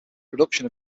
production